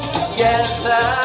Together